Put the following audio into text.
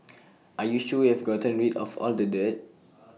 are you sure we've gotten rid of all the dirt